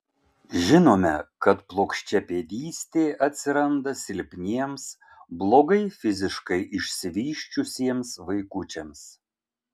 žinome kad plokščiapėdystė atsiranda silpniems blogai fiziškai išsivysčiusiems vaikučiams